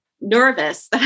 nervous